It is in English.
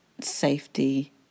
safety